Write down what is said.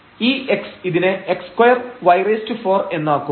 ഈ x ഇതിനെ x2y4 എന്നാക്കും